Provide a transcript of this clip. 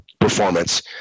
performance